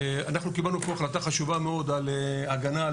אנחנו קיבלנו פה החלטה חשובה מאוד על הגנה על